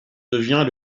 devient